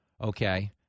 okay